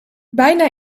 bijna